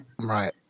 right